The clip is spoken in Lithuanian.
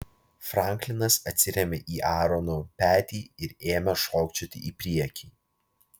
franklinas atsirėmė į aarono petį ir ėmė šokčioti į priekį